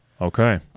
Okay